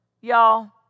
y'all